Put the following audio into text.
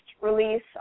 release